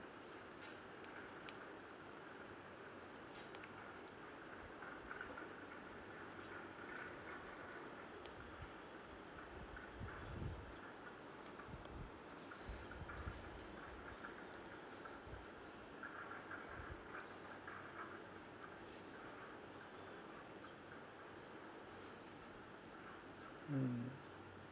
mm